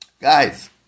guys